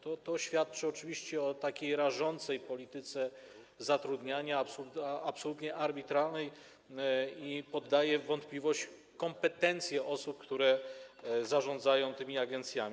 To świadczy oczywiście o takiej rażącej polityce zatrudniania, absolutnie arbitralnej, i podaję w wątpliwość kompetencje osób, które zarządzają tymi agencjami.